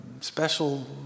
special